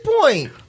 point